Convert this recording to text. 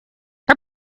our